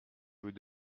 vous